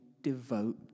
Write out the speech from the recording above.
devote